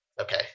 okay